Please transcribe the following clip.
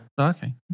Okay